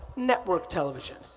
network television.